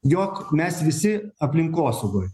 jog mes visi aplinkosaugoj